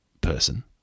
person